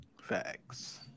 Facts